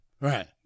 Right